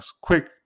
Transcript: quick